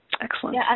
Excellent